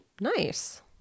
Nice